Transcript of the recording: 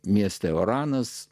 mieste varanas